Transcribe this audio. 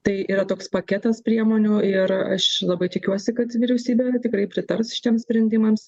tai yra toks paketas priemonių ir aš labai tikiuosi kad vyriausybė tikrai pritars šitiems sprendimams